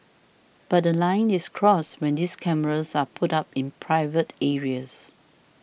but a line is crossed when these cameras are put up in private areas